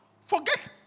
forget